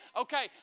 okay